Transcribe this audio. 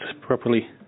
properly